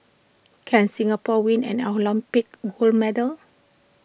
can Singapore win an Olympic gold medal